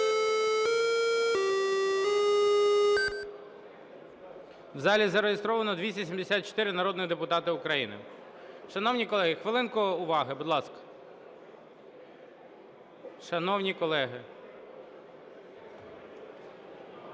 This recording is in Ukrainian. У залі зареєстровано 274 народних депутати України. Шановні колеги, хвилинку уваги, будь ласка. Шановні колеги!